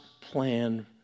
plan